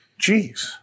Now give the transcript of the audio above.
jeez